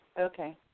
Okay